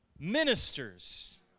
Ministers